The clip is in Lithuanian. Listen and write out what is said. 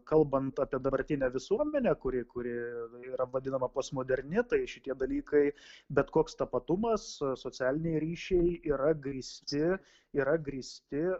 kalbant apie dabartinę visuomenę kuri kuri yra vadinama postmoderni tai šitie dalykai bet koks tapatumas socialiniai ryšiai yra grįsti yra grįsti